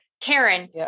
Karen